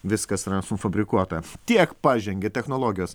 viskas yra sufabrikuota tiek pažengė technologijos